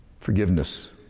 forgiveness